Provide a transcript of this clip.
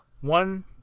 one